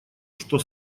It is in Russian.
что